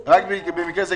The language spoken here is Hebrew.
כן.